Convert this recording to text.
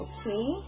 Okay